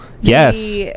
Yes